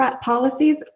policies